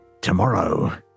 tomorrow